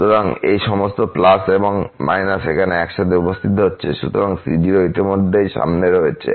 সুতরাং এই সমস্ত এবং − এখানে একসাথে উপস্থিত হচ্ছে এবং c0 ইতিমধ্যেই সামনে রয়েছে